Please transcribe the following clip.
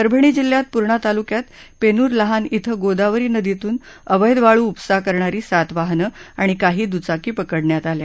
परभणी जिल्ह्याच्या पूर्णा तालुक्यात पेनूर लहान इथं गोदावरी नदीतून अवैध वाळू उपसा करणारी सात वाहनं आणि काही दुचाकी पकडण्यात आल्या